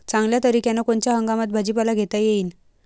चांगल्या तरीक्यानं कोनच्या हंगामात भाजीपाला घेता येईन?